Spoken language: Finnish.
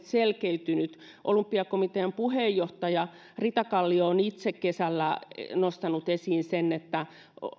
selkeytyneet olympiakomitean puheenjohtaja ritakallio on itse kesällä nostanut esiin sen että